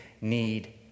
need